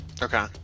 Okay